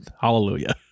hallelujah